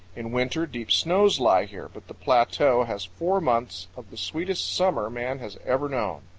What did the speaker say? in winter deep snows lie here, but the plateau has four months of the sweetest summer man has ever known.